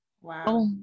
Wow